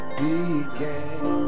began